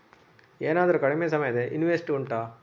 ಏನಾದರೂ ಕಡಿಮೆ ಸಮಯದ ಇನ್ವೆಸ್ಟ್ ಉಂಟಾ